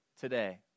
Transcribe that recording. today